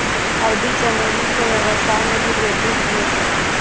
अरबी चमेली से वेवसाय मे भी वृद्धि हुवै छै